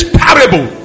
parable